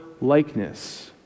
likeness